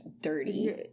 dirty